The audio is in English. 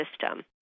system